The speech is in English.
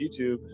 YouTube